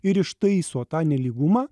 ir ištaiso tą nelygumą